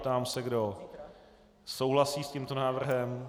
Ptám se, kdo souhlasí s tímto návrhem.